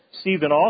Stephen